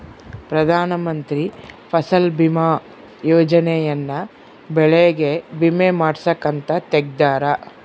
ಪ್ರಧಾನ ಮಂತ್ರಿ ಫಸಲ್ ಬಿಮಾ ಯೋಜನೆ ಯನ್ನ ಬೆಳೆಗೆ ವಿಮೆ ಮಾಡ್ಸಾಕ್ ಅಂತ ತೆಗ್ದಾರ